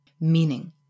meaning